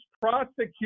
prosecute